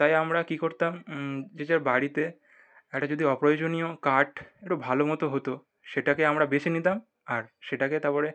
তাই আমরা কী করতাম যে যার বাড়িতে একটা যদি অপ্রয়োজনীয় কাঠ এটু ভালো মতো হতো সেটাকে আমরা বেছে নিতাম আর সেটাকে তারপরে